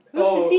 oh